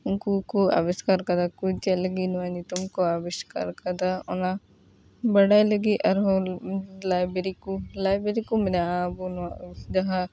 ᱩᱱᱠᱩ ᱠᱚ ᱟᱹᱵᱤᱥᱠᱟᱨ ᱟᱠᱟᱫᱟ ᱠᱚ ᱪᱮᱫ ᱞᱟᱹᱜᱤᱫ ᱱᱚᱣᱟ ᱧᱩᱛᱩᱢ ᱠᱚ ᱟᱹᱵᱤᱥᱠᱟᱨ ᱟᱠᱟᱫᱟ ᱚᱱᱟ ᱵᱟᱰᱟᱭ ᱞᱟᱹᱜᱤᱫ ᱟᱨᱦᱚᱸ ᱞᱟᱭᱵᱤᱨᱤ ᱠᱚ ᱞᱟᱭᱵᱤᱨᱤᱠᱚ ᱢᱮᱱᱟᱜᱼᱟ ᱟᱵᱚ ᱱᱚᱣᱟ ᱡᱟᱦᱟᱸ